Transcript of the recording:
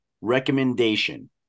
recommendation